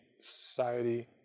society